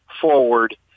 forward